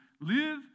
live